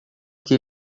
que